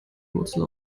wurzel